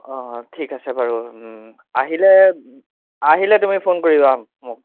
অঁ ঠিক আছে বাৰু আহিলে আহিলে তুমি ফোন কৰিব আম মোক